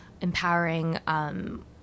empowering